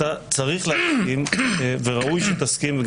אתה צריך להבין וראוי שתסכים,